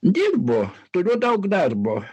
dirbu turiu daug darbo